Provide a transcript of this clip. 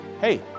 hey